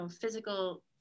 physical